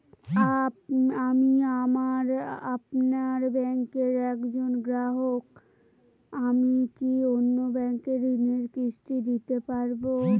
আমি আপনার ব্যাঙ্কের একজন গ্রাহক আমি কি অন্য ব্যাঙ্কে ঋণের কিস্তি দিতে পারবো?